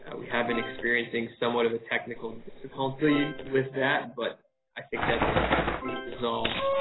and we have been experiencing somewhat of a technical difficulty with that, but i think that's being resolved.